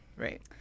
Right